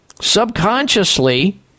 subconsciously